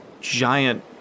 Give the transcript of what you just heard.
giant